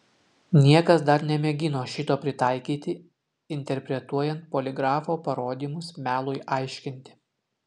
niekas dar nemėgino šito pritaikyti interpretuojant poligrafo parodymus melui aiškinti